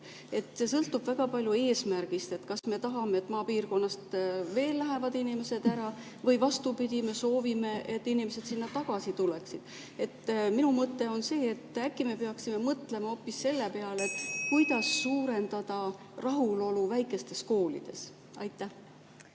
See sõltub väga palju eesmärgist: kas me tahame, et maapiirkonnast veel lähevad inimesed ära, või vastupidi, me soovime, et inimesed sinna tagasi tuleksid. Minu mõte on see, et äkki me peaksime mõtlema hoopis selle peale, kuidas suurendada rahulolu väikestes koolides. Aitäh!